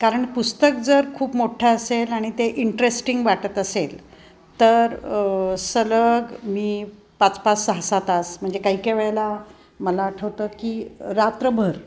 कारण पुस्तक जर खूप मोठं असेल आणि ते इंटरेस्टिंग वाटत असेल तर सलग मी पाच पाच सहा सहा तास म्हणजे काही काही वेळेला मला आठवतं की रात्रभर